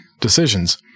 decisions